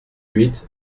huit